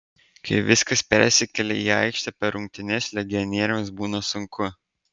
kai viskas persikelia į aikštę per rungtynes legionieriams būna sunku